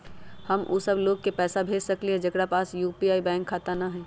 हम उ सब लोग के पैसा भेज सकली ह जेकरा पास यू.पी.आई बैंक खाता न हई?